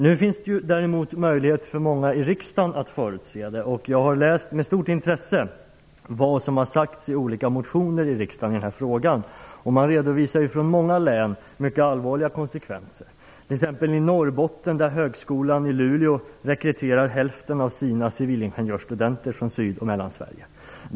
Nu finns det däremot möjlighet för många i riksdagen att förutse konsekvenserna. Jag har med stort intresse läst vad som har sagts i olika motioner i riksdagen i den här frågan. Man redovisar från många län mycket allvarliga konsekvenser. I t.ex. Norrbotten rekryterar högskolan i Luleå hälften av sina civilingenjörsstudenter från Syd och Mellansverige.